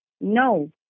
No